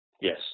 yes